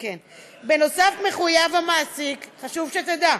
בנוסף, מחויב המעסיק, חשוב שתדע,